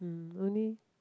mm only